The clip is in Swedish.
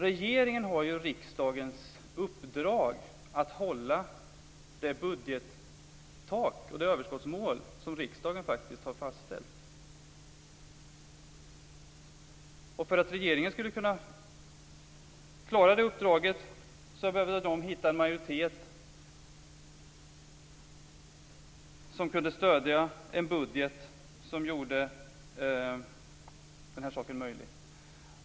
Regeringen har ju riksdagens uppdrag att hålla det budgettak och överskottsmål som riksdagen har fastställt. För att regeringen skall klara det uppdraget, behöver regeringen hitta en majoritet som kan stödja en budget som gör saken möjlig.